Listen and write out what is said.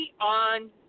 on